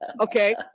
okay